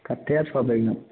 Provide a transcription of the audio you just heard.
कत्तेक छौ बैगन